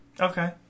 Okay